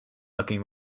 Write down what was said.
looking